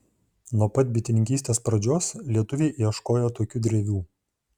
nuo pat bitininkystės pradžios lietuviai ieškojo tokių drevių